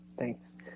Thanks